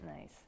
Nice